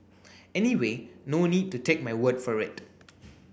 anyway no need to take my word for it